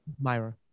Myra